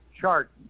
chart